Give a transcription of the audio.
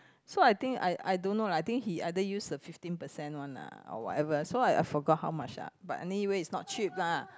so I think I I don't know lah I think he either use the fifteen percent one lah or whatever so I I forgot how much lah anyway is not cheap lah